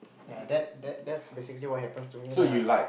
ya that that that's basically what happens to me lah